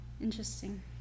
Interesting